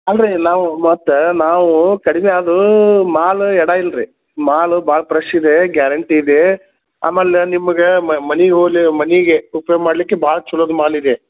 ಅಲ್ರಿ ನಾವು ಮತ್ತು ನಾವು ಕಡ್ಮಿ ಅದು ಮಾಲ್ ಎಡ ಇಲ್ರಿ ಮಾಲ್ ಭಾಳ ಫ್ರೆಶ್ ಇದೆ ಗ್ಯಾರೆಂಟಿ ಇದೆ ಆಮೇಲೆ ನಿಮ್ಗೆ ಮನೆ ಹೊಲ್ ಮನೆಗೆ ಉಪಯೋಗ ಮಾಡಲಿಕ್ಕೆ ಭಾಳ ಚಲೋದ ಮಾಲಿದೆ